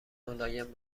ملایم